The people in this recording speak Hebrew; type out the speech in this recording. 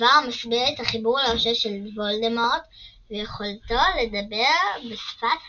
דבר המסביר את החיבור לראשו של וולדמורט ויכולתו לדבר בשפת הנחשים.